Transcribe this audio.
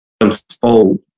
unfold